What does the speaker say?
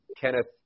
Kenneth